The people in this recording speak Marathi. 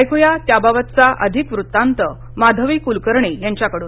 ऐकुया त्याबाबतचा अधिक वृत्तांत माधवी कुलकर्णी यांच्याकडून